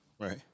Right